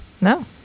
No